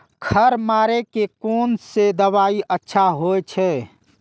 खर मारे के कोन से दवाई अच्छा होय छे?